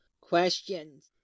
Questions